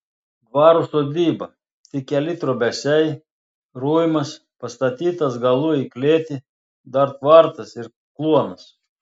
dvaro sodyba tik keli trobesiai ruimas pastatytas galu į klėtį dar tvartas ir kluonas